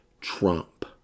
trump